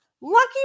Lucky